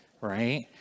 right